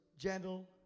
gentle